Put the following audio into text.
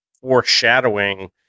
foreshadowing